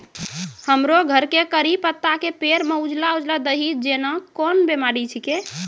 हमरो घर के कढ़ी पत्ता के पेड़ म उजला उजला दही जेना कोन बिमारी छेकै?